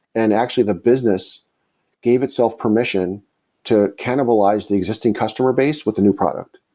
and actually, the business gave itself permission to cannibalize the existing customer base with the new product.